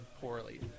poorly